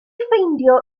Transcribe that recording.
ffeindio